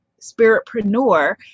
Spiritpreneur